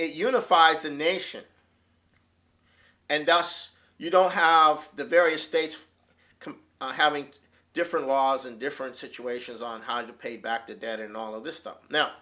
unifies the nation and thus you don't have the various states come haven't different laws in different situations on how to pay back the debt and all of this stuff now